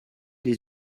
les